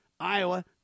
Iowa